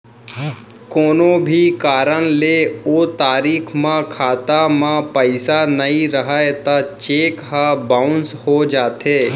कोनो भी कारन ले ओ तारीख म खाता म पइसा नइ रहय त चेक ह बाउंस हो जाथे